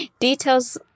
details